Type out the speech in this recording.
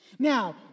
Now